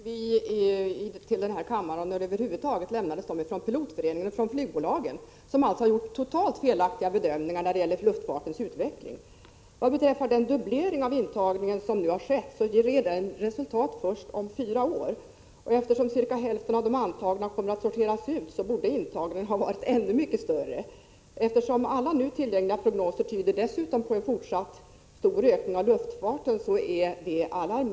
Herr talman! Det är alldeles riktigt, och de signalerna fick vi från Pilotföreningen och från flygbolagen, som alltså gjorde totalt felaktiga bedömningar när det gällde luftfartens utveckling. Den dubblering av intagningen som nu har skett ger resultat först om fyra år. Eftersom cirka hälften av de antagna kommer att sorteras ut borde intagningen ha varit ännu mycket större. Det är alarmerande, eftersom alla nu tillgängliga prognoser dessutom tyder på en fortsatt stor ökning av luftfarten.